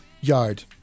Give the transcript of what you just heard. yard